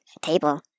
table